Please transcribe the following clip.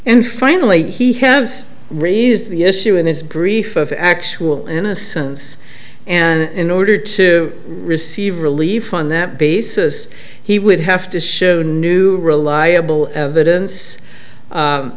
and finally he has raised the issue in his brief of actual innocence and in order to receive relief on that basis he would have to show new reliable evidence